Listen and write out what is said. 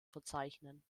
verzeichnen